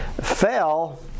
fell